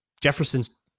Jefferson's